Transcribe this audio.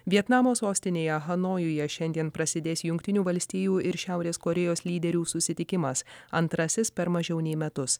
vietnamo sostinėje hanojuje šiandien prasidės jungtinių valstijų ir šiaurės korėjos lyderių susitikimas antrasis per mažiau nei metus